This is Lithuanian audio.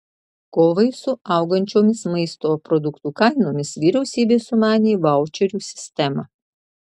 kovai su augančiomis maisto produktų kainomis vyriausybė sumanė vaučerių sistemą